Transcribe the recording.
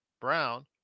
Brown